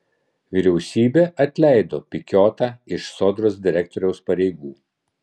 vyriausybė atleido pikiotą iš sodros direktoriaus pareigų